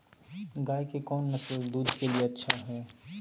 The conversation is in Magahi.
गाय के कौन नसल दूध के लिए अच्छा है?